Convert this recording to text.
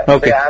Okay